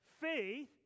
Faith